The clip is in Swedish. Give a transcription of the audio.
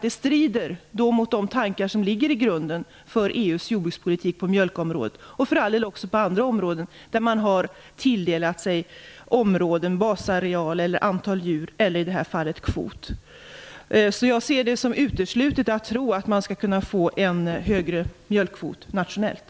Det strider mot de tankar som utgör grunden för EU:s jordbrukspolitik på mjölkområdet och för all del också på andra områden, där man har tilldelat sig områden, basareal, antal djur eller som i det här fallet en kvot. Jag anser att det är uteslutet att tro att vi nationellt skulle kunna få en större mjölkkvot.